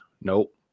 Nope